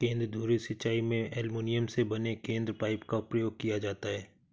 केंद्र धुरी सिंचाई में एल्युमीनियम से बने केंद्रीय पाइप का प्रयोग किया जाता है